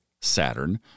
Saturn